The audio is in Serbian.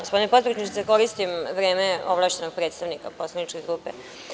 Gospodine potpredsedniče, koristim vreme ovlašćenog predstavnika poslaničke grupe.